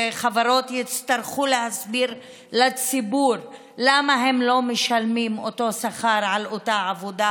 שחברות יצטרכו להסביר לציבור למה הם לא משלמים אותו שכר על אותה עבודה,